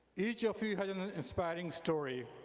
each of you has an inspiring story,